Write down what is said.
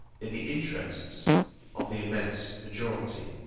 in the interests of the immense majority.